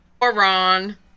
Moron